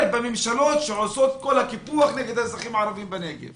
בממשלות שעושות את כל הקיפוח נגד האזרחים הערבים בנגב?